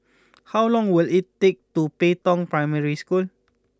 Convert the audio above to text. how long will it take to Pei Tong Primary School